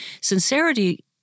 Sincerity